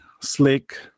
Slick